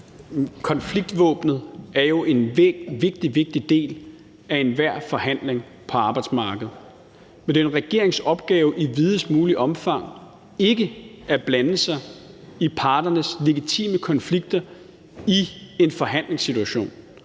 Konfliktvåbnet er en vigtig, vigtig del af enhver forhandling på arbejdsmarkedet, men det er jo en regerings opgave i videst muligt omfang ikke at blande sig i parternes legitime konflikter i en forhandlingssituation.